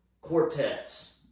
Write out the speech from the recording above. quartets